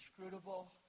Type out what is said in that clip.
inscrutable